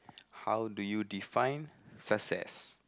how do you define success